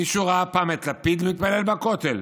מישהו ראה פעם את לפיד מתפלל בכותל?